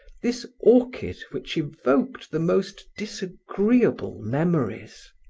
this orchid which evoked the most disagreeable memories.